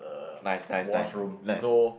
nice nice nice nice